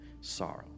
sorrow